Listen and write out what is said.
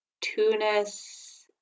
Tunis